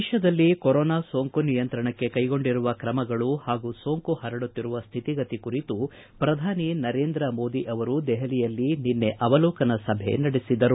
ದೇಶದಲ್ಲಿ ಕೊರೊನಾ ಸೋಂಕು ನಿಯಂತ್ರಣಕ್ಕೆ ಕೈಗೊಂಡಿರುವ ತ್ರಮಗಳು ಪಾಗೂ ಸೋಂಕು ಪರಡುತ್ತಿರುವ ಸ್ಥಿತಿಗತಿ ಕುರಿತು ಪ್ರಧಾನಿ ನರೇಂದ್ರ ಮೋದಿ ಅವರು ದೆಹಲಿಯಲ್ಲಿ ನಿನ್ನೆ ಅವಲೋಕನ ಸಭೆ ನಡೆಸಿದರು